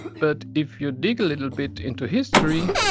but if you dig a little bit into history,